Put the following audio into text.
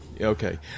Okay